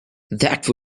that